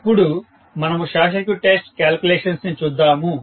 ఇప్పుడు మనము short circuit test calculations ని చూద్దాము